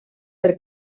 per